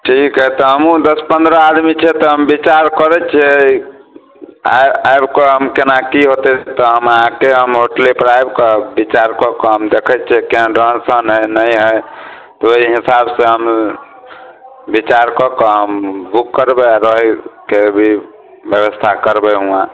ठीक हइ तऽ हमहूँ दस पन्द्रह आदमी छियै तऽ विचार करै छियै आबि आबि कऽ हम केना की हेतै तऽ अहाँके हम होटलेपर आबि कऽ विचार कऽ कऽ हम देखै छियै केहन रहन सहन हइ नहि हइ तऽ ओहि हिसाबसँ हम विचार कऽ कऽ हम बुक करबै आ रहैके भी व्यवस्था करबै वहाँ